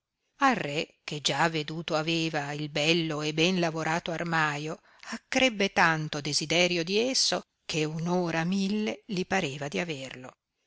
al re che già veduto aveva il bello e ben lavorato armaio accrebbe tanto desiderio di esso che un ora mille li pareva di averlo